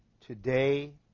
today